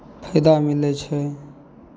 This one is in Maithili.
फाइदा मिलै छै